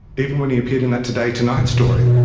even when he appeared in that today tonight story,